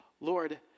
Lord